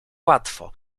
łatwo